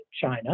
China